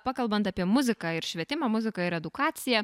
pakalbant apie muziką ir švietimą muziką ir edukaciją